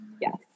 Yes